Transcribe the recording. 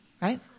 right